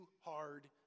hard